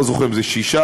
לא זוכר אם שישה,